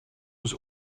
was